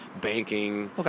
banking